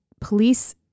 police